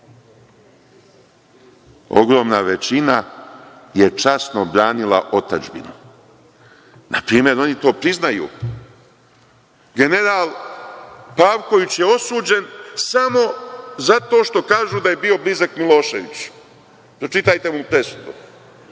Ogromna većina je časno branila otadžbinu. Na primer, oni to priznaju. General Pavković je osuđen samo zato što kažu da je bio blizak Miloševiću. Pročitajte mu presudu.